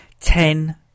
Ten